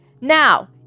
Now